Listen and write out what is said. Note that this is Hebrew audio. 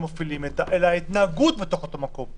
שמפעילים אלא ההתנהגות בתוך אותו מקום.